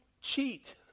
cheat